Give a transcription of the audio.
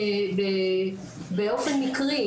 באופן מקרי,